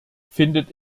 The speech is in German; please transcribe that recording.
findet